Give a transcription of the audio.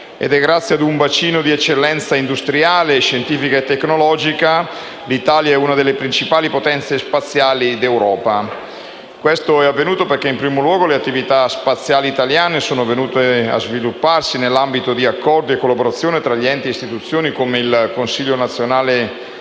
ed è grazie ad un bacino di eccellenza industriale, scientifica e tecnologica che l'Italia è una delle principali potenze spaziali d'Europa. Questo è avvenuto perché in primo luogo le attività spaziali italiane sono venute a svilupparsi nell'ambito di accordi e collaborazioni tra enti ed istituzioni come il Consiglio nazionale delle